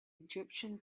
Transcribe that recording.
egyptian